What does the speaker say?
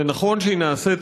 זה נכון שנעשית